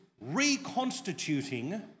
reconstituting